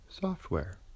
software